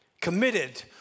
committed